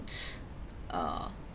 uh